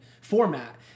format